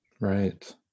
Right